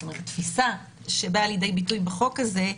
זאת אומרת: התפיסה שבאה לידי ביטוי בחוק הזה,